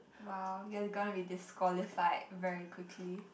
!wow! you're gonna be disqualified very quickly